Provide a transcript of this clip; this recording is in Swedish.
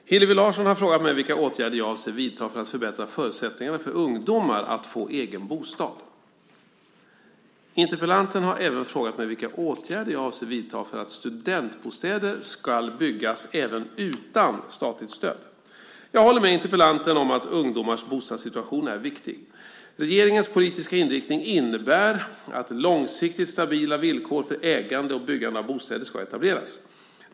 Fru talman! Hillevi Larsson har frågat mig vilka åtgärder jag avser att vidta för att förbättra förutsättningarna för ungdomar att få egen bostad. Interpellanten har också frågat mig vilka åtgärder jag avser att vidta för att studentbostäder ska byggas även utan statligt stöd. Jag håller med interpellanten om att ungdomars bostadssituation är viktig. Regeringens politiska inriktning innebär att långsiktigt stabila villkor för ägande och byggande av bostäder ska etableras.